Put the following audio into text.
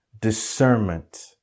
discernment